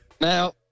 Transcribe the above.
Now